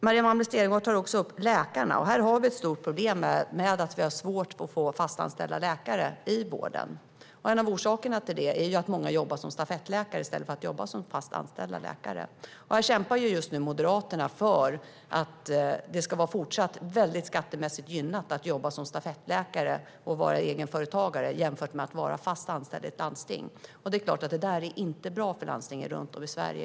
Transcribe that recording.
Maria Malmer Stenergard tar också upp läkarna. Vi har ett stort problem med att få fast anställda läkare i vården. En orsak till detta är att många jobbar som stafettläkare i stället för som fast anställda. Här kämpar just nu Moderaterna för att det fortsatt ska vara skattemässigt gynnat att jobba som stafettläkare och vara egenföretagare jämfört med att vara fast anställd i ett landsting. Det är klart att detta inte är bra för landstingen runt om i Sverige.